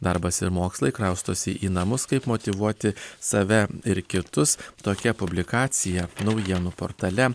darbas ir mokslai kraustosi į namus kaip motyvuoti save ir kitus tokia publikacija naujienų portale